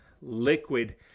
liquid